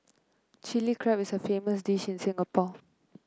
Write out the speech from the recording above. Chilli Crab is a famous dish in Singapore